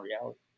reality